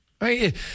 Right